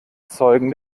zeugen